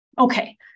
Okay